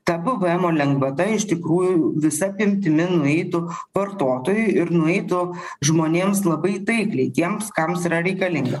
ta pvemo lengvata iš tikrųjų visa apimtimi nueitų vartotojui ir nueitų žmonėms labai taikliai tiems kam yra reikalinga